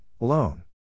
alone